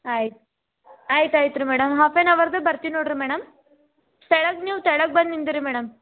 ಆಯ್ತು ಆಯ್ತು ಆಯ್ತು ರೀ ಮೇಡಮ್ ಹಾಫ್ ಆನ್ ಹವರ್ದಾಗ ಬರ್ತೀನಿ ನೋಡ್ರಿ ಮೇಡಮ್ ಕೆಳಗ್ ನೀವು ಕೆಳಗ್ ಬಂದು ನಿಂತ್ಕೊಳ್ರಿ ಮೇಡಮ್